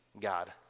God